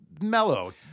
mellow